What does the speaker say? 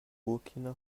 burkina